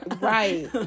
right